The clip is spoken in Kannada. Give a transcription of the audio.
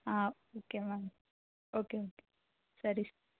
ಹಾಂ ಓಕೆ ಮ್ಯಾಮ್ ಓಕೆ ಓಕೆ ಸರಿ